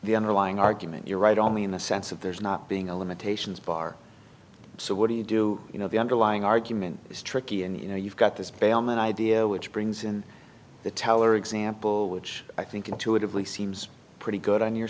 the underlying argument you're right only in the sense that there's not being a limitations bar so what do you do you know the underlying argument is tricky and you know you've got this bellman idea which brings in the teller example which i think intuitively seems pretty good on your